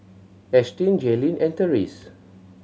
Ashtyn Jaylen and Therese